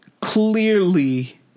Clearly